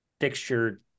fixture